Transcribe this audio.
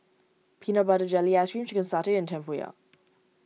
Peanut Butter Jelly Ice Cream Chicken Satay and Tempoyak